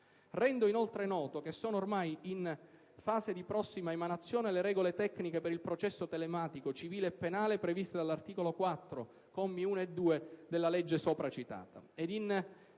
Rendo inoltre noto che sono in fase di prossima emanazione le regole tecniche per il processo telematico civile e penale previsto dall'articolo 4, commi 1 e 2, della legge sopra citata.